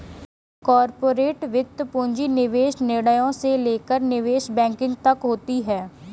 corporate वित्त पूंजी निवेश निर्णयों से लेकर निवेश बैंकिंग तक होती हैं